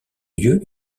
lieu